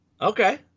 Okay